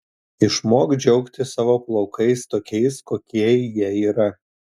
išmok džiaugtis savo plaukais tokiais kokie jie yra